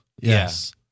Yes